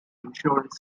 insurance